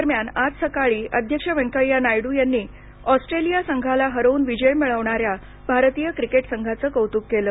दरम्यान आज सकाळी अध्यक्ष व्यंकय्या नायडू यांनी ऑस्ट्रेलिया संघाला हरवून विजय मिळवणाऱ्या भारतीय क्रिकेट संघाचं कौतुक केलं